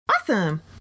Awesome